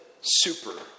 super